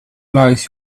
lies